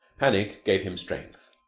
panic gave him strength,